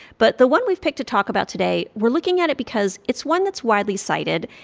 but the one we've picked to talk about today, we're looking at it because it's one that's widely cited,